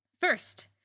First